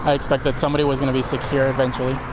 ah expect that somebody was going to be secure eventually.